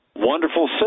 Wonderful